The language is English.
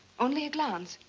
only a glance.